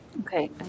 Okay